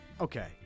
okay